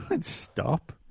stop